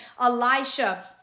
Elisha